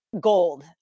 Gold